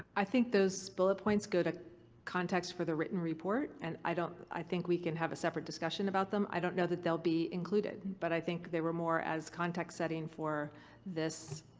i think those bullet points go to context for the written report and i don't. i think we can have a separate discussion about them. i don't know that they'll be included, and but i think they were more as context setting for this